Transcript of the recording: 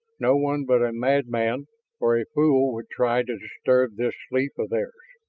no one but a madman or a fool would try to disturb this sleep of theirs.